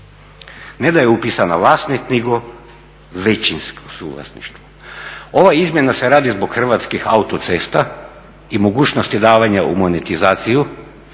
Ne da je upisana vlasnik nego većinsko suvlasništvo. Ova izmjena se radi zbog Hrvatskih autocesta i mogućnosti davanja u monetizaciju